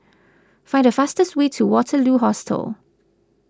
find the fastest way to Waterloo Hostel